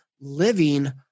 living